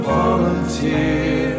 volunteer